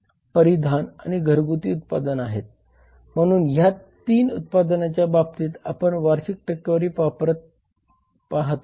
परिधान आणि घरगुती उत्पादन आहेत म्हणून या ३ उत्पादनांच्या बाबतीत आपण वार्षिक टक्केवारी वापर पाहत आहोत